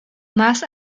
más